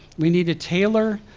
we need to tailor,